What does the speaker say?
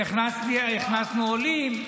הכנסנו עולים.